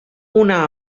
una